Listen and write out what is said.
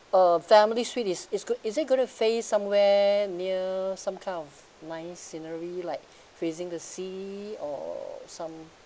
uh family suites is is g~ is it going to face somewhere near some kind of nice scenery like facing the sea or some